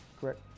Correct